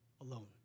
alone